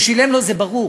זה שהוא שילם לו, זה ברור,